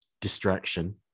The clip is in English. distraction